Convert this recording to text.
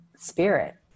Spirit